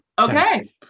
Okay